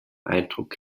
eindruck